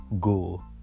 Ghoul